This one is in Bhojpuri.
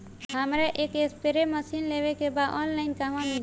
हमरा एक स्प्रे मशीन लेवे के बा ऑनलाइन कहवा मिली?